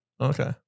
Okay